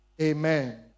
Amen